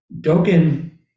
Dogen